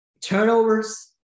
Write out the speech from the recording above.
turnovers